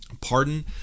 Pardon